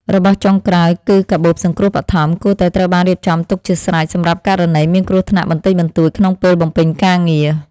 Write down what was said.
របស់ចុងក្រោយ គឺកាបូបសង្គ្រោះបឋម គួរតែត្រូវបានរៀបចំទុកជាស្រេច សម្រាប់ករណីមានគ្រោះថ្នាក់បន្តិចបន្តួចក្នុងពេលបំពេញការងារ។